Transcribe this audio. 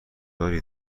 داری